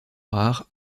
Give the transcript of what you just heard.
rare